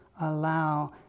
allow